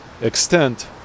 extent